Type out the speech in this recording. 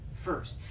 first